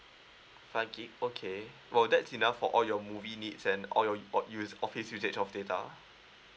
five gig okay well that's enough for all your movie needs and all your o~ use office usage of data